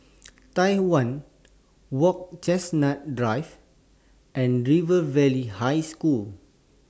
Tai Hwan Walk Chestnut Drive and River Valley High School